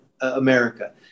America